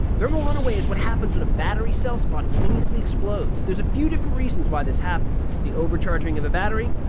thermal runaway is what happens when a battery cell spontaneously explodes. there's a few different reasons why this happens the overcharging of a battery,